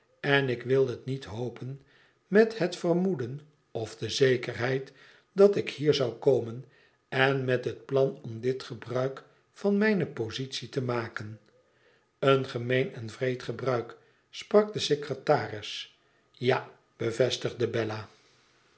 en ik wil het niet hopen met het vermoeden of de zekerheid dat ik hier zou komen en met het plan om dit gebruik van mijne positie te maken een gemeen en wreed gebruik sprak de secretaris ja bevestigde bella